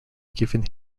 given